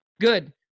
good